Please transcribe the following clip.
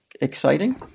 exciting